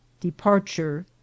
Departure